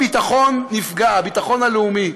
הביטחון נפגע, הביטחון הלאומי.